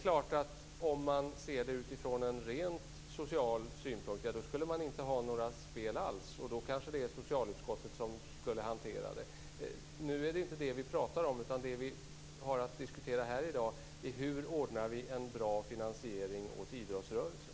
Ser man detta från en rent social synvinkel skall det inte finnas några spel alls. Då kanske socialutskottet skall hantera frågan. Nu pratar vi inte om det. Nu diskuterar vi hur en bra finansiering skall ordnas åt idrottsrörelsen.